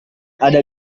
ada